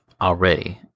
Already